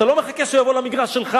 אתה לא מחכה שהוא יבוא למגרש שלך.